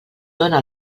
dóna